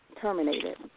terminated